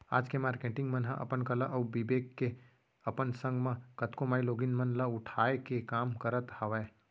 आज के मारकेटिंग मन ह अपन कला अउ बिबेक ले अपन संग म कतको माईलोगिन मन ल उठाय के काम करत हावय